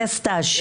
זה הסטאז' שלי.